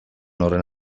horren